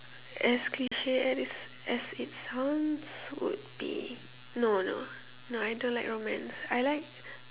as cliche as as it sounds would be no no no I don't like romance I like